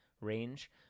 range